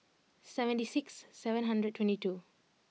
seventy six seven hundred twenty two